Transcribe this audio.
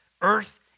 earth